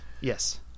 yes